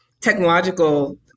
technological